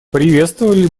приветствовали